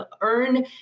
earn